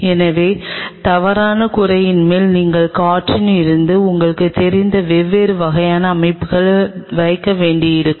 எனவே தவறான கூரையின் மேல் நீங்கள் காற்றில் இருந்து உங்களுக்குத் தெரிந்த வெவ்வேறு வகையான அமைப்புகளை வைக்க வேண்டியிருக்கும்